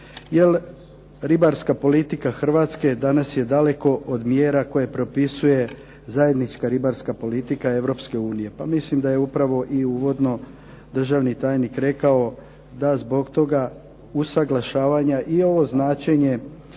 jer ribarska politika Hrvatske danas je daleko od mjera koje propisuje zajednička ribarska politika Europske unije pa mislim da je upravo uvodno državni tajnik rekao da zbog toga usuglašavanja i ovo značenje